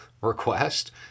request